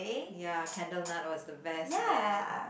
ya Candlenut was the best man